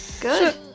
Good